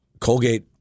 Colgate